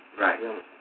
Right